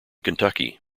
kentucky